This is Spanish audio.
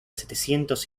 setecientos